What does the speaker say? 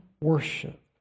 worship